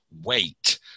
wait